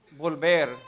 volver